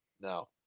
No